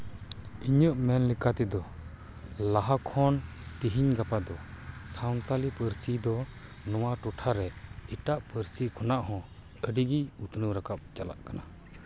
ᱤᱧᱟᱹᱜ ᱢᱮᱱ ᱞᱮᱠᱟ ᱛᱮᱫᱚ ᱞᱟᱦᱟᱠᱷᱚᱱ ᱛᱤᱦᱤᱧ ᱜᱟᱯᱟ ᱫᱚ ᱥᱟᱶᱛᱟᱞᱤ ᱯᱟᱹᱨᱥᱤ ᱫᱚ ᱱᱚᱣᱟ ᱴᱚᱴᱷᱟᱨᱮ ᱮᱴᱟᱜ ᱯᱟᱹᱨᱥᱤ ᱠᱷᱚᱱᱟᱜ ᱦᱚᱸ ᱟᱹᱰᱤᱜᱮ ᱩᱛᱱᱟᱹᱣ ᱨᱟᱠᱟᱵᱽ ᱪᱟᱞᱟᱜ ᱠᱟᱱᱟ